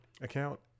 account